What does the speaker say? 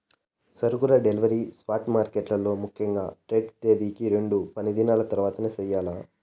సరుకుల delivery spot మార్కెట్లలో ముఖ్యంగా ట్రేడ్ తేదీకి రెండు పనిదినాల తర్వాతనే చెయ్యాల్ల